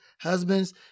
husbands